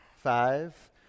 Five